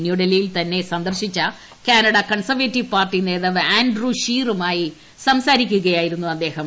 ന്യൂഡൽഹിയിൽ തന്നെ സന്ദർശിച്ച കാനഡ കൺസർവേറ്റീവ് പാർട്ടി നേതാവ് ആൻഡ്രൂ ഷീറുമായി സംസാരിക്കുകയായിരുന്നു അദ്ദേഹം